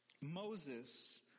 moses